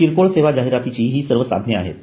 किरकोळ सेवा जाहिरातीची ही सर्व साधने आहेत